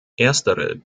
erstere